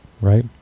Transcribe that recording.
right